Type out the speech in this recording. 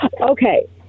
Okay